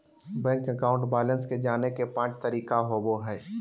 bank account balance के जाने के पांच तरीका होबो हइ